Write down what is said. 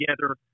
together